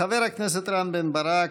חבר הכנסת רם בן ברק,